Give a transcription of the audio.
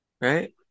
Right